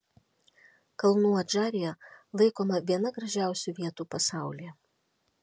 kalnų adžarija laikoma viena gražiausių vietų pasaulyje